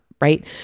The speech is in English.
right